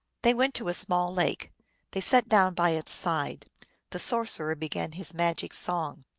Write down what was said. they went to a small lake they sat down by its side the sorcerer began his magic song.